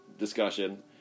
discussion